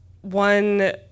One